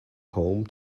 home